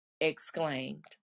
exclaimed